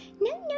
no